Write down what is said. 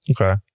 Okay